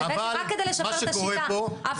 הבאתי רק כדי לשפר את השיטה אבל מה שקורה פה זה